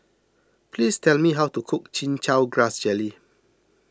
please tell me how to cook Chin Chow Grass Jelly